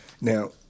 Now